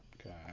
Okay